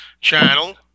channel